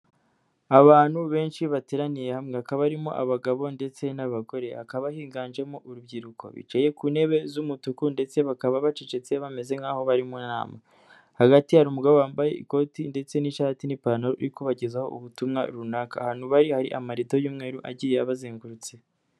Abantu benshi bateraniye hamwe hakaba barimo abagabo ndetse n'abagore, hakaba higanjemo urubyiruko, bicaye ku ntebe z'umutuku ndetse bakaba bacecetse bameze nk'aho bari mu nama, hagati hari umugabo wambaye ikoti ndetse n'ishati n'ipantaro uri kubagezaho ubutumwa runaka, ahantu bari hari amarido y'umweru agiye abazengurutse.